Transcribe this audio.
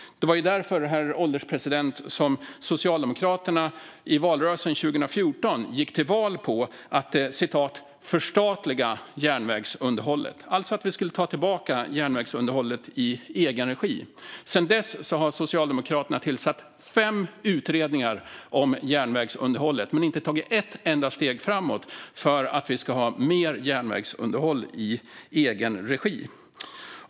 Det var ju därför, herr ålderspresident, som Socialdemokraterna i valrörelsen 2014 gick till val på att "förstatliga" järnvägsunderhållet, alltså att vi skulle ta tillbaka det i egen regi. Sedan dess har Socialdemokraterna tillsatt fem utredningar om järnvägsunderhållet men inte tagit ett enda steg framåt för att vi ska ha mer järnvägsunderhåll i egen regi.